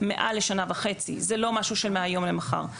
מעל לשנה וחצי, זה לא משהו של מהיום למחר.